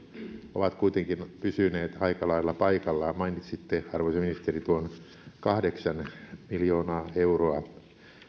ovat kuitenkin pysyneet aika lailla paikallaan mainitsitte arvoisa ministeri tuon kahdeksan miljoonaa euroa